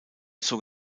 zog